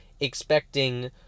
expecting